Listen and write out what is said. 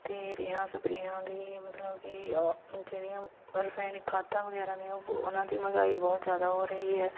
ਅਤੇ ਰੇਹਾਂ ਸਪਰੇਹਾਂ ਦੀ ਮਤਲਬ ਕਿ ਜਿਹੜੀਆਂ ਰਸਾਇਣਿਕ ਖਾਦਾਂ ਵਗੈਰਾ ਨੇ ਉਹ ਬਹੁ ਉਹਨਾਂ ਦੀ ਮਹਿੰਗਾਈ ਬਹੁਤ ਜ਼ਿਆਦਾ ਹੋ ਰਹੀ ਹੈ